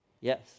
Yes